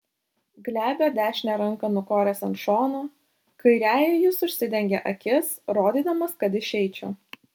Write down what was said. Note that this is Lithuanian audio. glebią dešinę ranką nukoręs ant šono kairiąja jis užsidengė akis rodydamas kad išeičiau